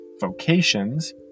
vocations